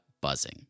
buzzing